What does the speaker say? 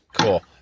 Cool